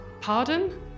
Pardon